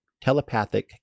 telepathic